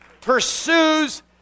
pursues